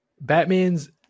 Batman's